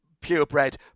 purebred